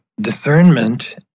discernment